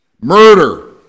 murder